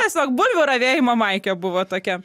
tiesiog bulvių ravėjimo maikė buvo tokia